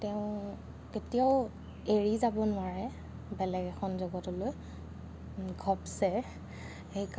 তেওঁ কেতিয়াও এৰি যাব নোৱাৰে বেলেগ এখন জগতলৈ ঘপচে সেইকাৰণে